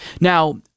Now